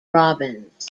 robins